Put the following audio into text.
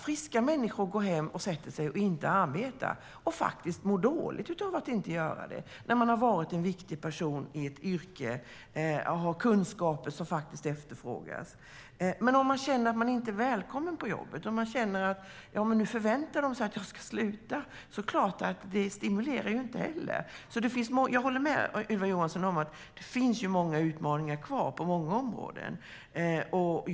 Friska människor, som har varit viktiga personer i sina yrken och har kunskaper som efterfrågas, går hem och sätter sig och mår dåligt av att inte arbeta. Men om man känner att man inte är välkommen på jobbet? Om man känner "nu förväntar de sig att jag ska sluta" är det klart att det inte stimulerar. Jag håller med Ylva Johansson om att det finns många utmaningar kvar på många områden.